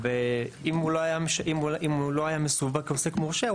אם הוא לא היה מסווג כעוסק מורשה,